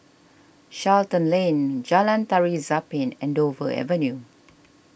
Charlton Lane Jalan Tari Zapin and Dover Avenue